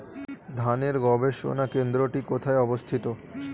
ধানের গবষণা কেন্দ্রটি কোথায় অবস্থিত?